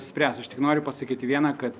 spręs aš tik noriu pasakyti vieną kad